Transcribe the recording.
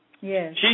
Yes